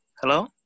Hello